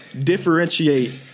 differentiate